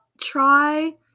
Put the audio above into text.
try